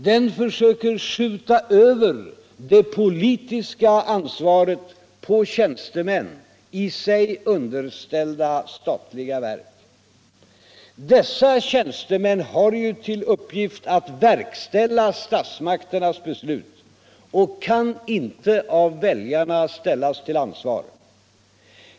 Den försöker skjuta över det politiska ansvaret på tjänstemän i regeringen understillda statliga verk. Dessa tränstemän har ju till uppgift att verkställa statsmakternas beslut och kan inte av väljarna ställas till ansvar.